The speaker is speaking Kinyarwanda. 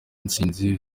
ntsinzi